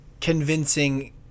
convincing